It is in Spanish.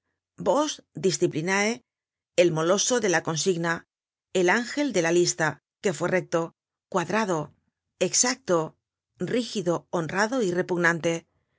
bos disciplina el moloso de la consigna el ángel de la lista que fue recto cuadrado content from google book search generated at exacto rígido honrado y repugnante